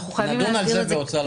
נדון על זה בהוצאה לפועל.